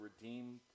redeemed